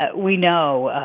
ah we know,